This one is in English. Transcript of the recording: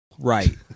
Right